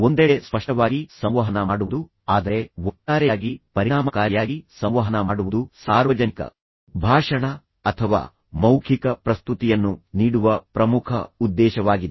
ಒಂದೆಡೆ ಸ್ಪಷ್ಟವಾಗಿ ಸಂವಹನ ಮಾಡುವುದು ಆದರೆ ಒಟ್ಟಾರೆಯಾಗಿ ಪರಿಣಾಮಕಾರಿಯಾಗಿ ಸಂವಹನ ಮಾಡುವುದು ಸಾರ್ವಜನಿಕ ಭಾಷಣ ಅಥವಾ ಮೌಖಿಕ ಪ್ರಸ್ತುತಿಯನ್ನು ನೀಡುವ ಪ್ರಮುಖ ಉದ್ದೇಶವಾಗಿದೆ